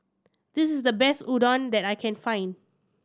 this is the best Udon that I can find